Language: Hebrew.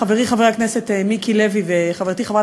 חברי חבר הכנסת מיקי לוי וחברתי חברת